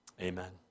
Amen